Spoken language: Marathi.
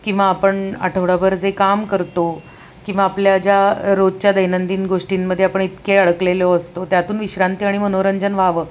किंवा आपण आठवड्याभर जे काम करतो किंवा आपल्या ज्या रोजच्या दैनंदिन गोष्टींमध्ये आपण इतके अडकलेलो असतो त्यातून विश्रांती आणि मनोरंजन व्हावं